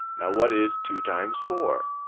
now what is two times four?